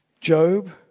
Job